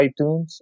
iTunes